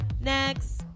Next